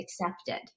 accepted